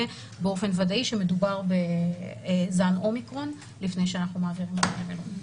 באופן ודאי שמדובר בזן ה-אומיקרון לפני שאנחנו מעבירים למלונית.